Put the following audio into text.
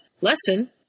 lesson